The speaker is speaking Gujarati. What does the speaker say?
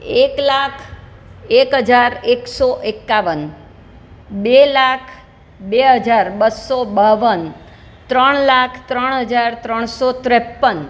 એક લાખ એક હજાર એકસો એકાવન બે લાખ બે હજાર બસો બાવન ત્રણ લાખ ત્રણ હજાર ત્રણસો ત્રેપન